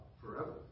forever